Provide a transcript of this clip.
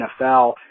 NFL